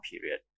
period